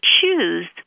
choose